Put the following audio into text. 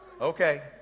Okay